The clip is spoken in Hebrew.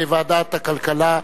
בוועדת הכלכלה,